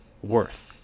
worth